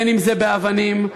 אם באבנים,